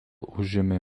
užėmė